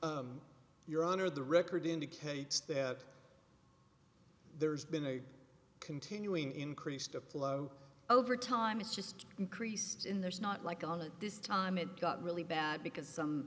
your honor the record indicates that there's been a continuing increased up flow over time it's just increased in there's not like on it this time it got really bad because some